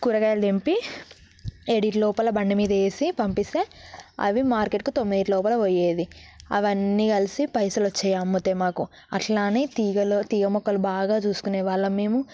కూరగాయలు తెంపి ఏడింటి లోపల బండి మీద వేసి పంపిస్తే అవి మార్కెట్కు తొమ్మిదింటి లోపల పోయేవి అవన్నీ కలిసి పైసలు వచ్చేవి అమ్మితే మాకు అట్లా అని తీగలు తీగ మొక్కలు బాగా చూసుకునే వాళ్ళము మేము